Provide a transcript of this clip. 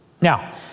Now